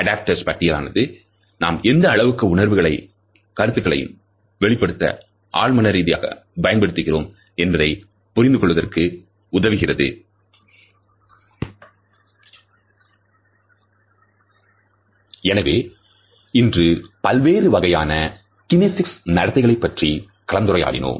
adapters பட்டியல் ஆனது நாம் எந்த அளவிற்கு உணர்வுகளையும் கருத்துக்களையும் வெளிப்படுத்த ஆழ் மன ரீதியாக பயன்படுத்துகிறோம் என்பதை புரிந்து கொள்வதற்கு உதவுகிறது எனவே இன்று பல்வேறு வகையான கினேசிக்ஸ் நடத்தைகளை பற்றி கலந்துரையாடினோம்